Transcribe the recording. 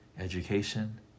education